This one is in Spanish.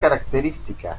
característica